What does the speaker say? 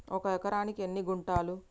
ఒక ఎకరానికి ఎన్ని గుంటలు?